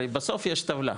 הרי בסוף יש טבלה.